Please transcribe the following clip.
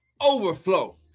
overflow